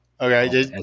Okay